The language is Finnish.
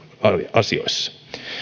asioissa